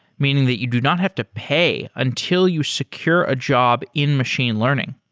meaning that you do not have to pay until you secure a job in machine learning.